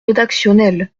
rédactionnels